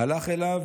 הלך אליו,